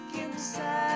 inside